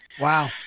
Wow